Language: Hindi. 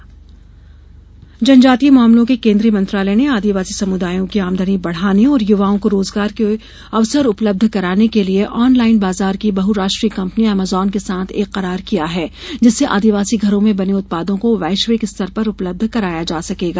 जनजातीय मंत्रालय जनजातीय मामलों के केंद्रीय मंत्रालय ने आदिवासी समुदायों की आदमनी बढ़ाने तथा युवाओं को रोजगार के उपलब्ध कराने के लिए ऑनलाइन बाजार की बहुराष्ट्रीय कंपनी अमेजन के साथ एक करार किया है जिससे आदिवासी घरों में बने उत्पादों को वैश्विक स्तर उपलब्ध कराया जा सकेगा